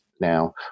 now